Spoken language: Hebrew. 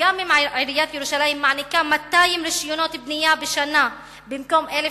וגם אם עיריית ירושלים מעניקה 200 רשיונות בנייה בשנה במקום 1,500,